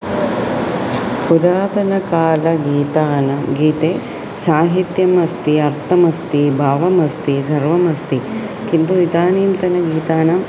पुरातनकाल गीतानां गीते साहित्यम् अस्ति अर्थम् अस्ति भावम् अस्ति सर्वम् अस्ति किन्तु इदानीन्तनगीतानां